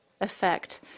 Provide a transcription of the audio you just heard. effect